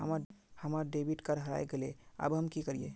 हमर debit card हरा गेले अब हम की करिये?